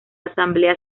asamblea